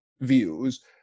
views